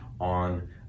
on